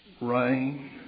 rain